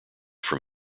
from